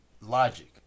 Logic